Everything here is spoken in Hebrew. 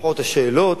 לפחות השאלות